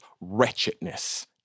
wretchedness